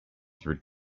through